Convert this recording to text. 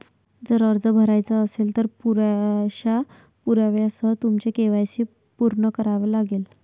जर अर्ज भरायचा असेल, तर पुरेशा पुराव्यासह तुमचे के.वाय.सी पूर्ण करावे लागेल